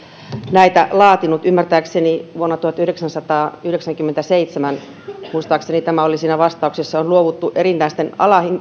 näitä laatinut ymmärtääkseni vuonna tuhatyhdeksänsataayhdeksänkymmentäseitsemän muistaakseni tämä oli siinä vastauksessa on luovuttu erinäisten